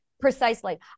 precisely